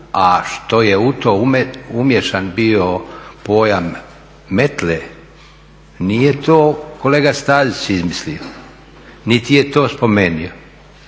A što je u to umiješan bio pojam metle nije to kolega Stazić izmislio, niti je to spomenuo.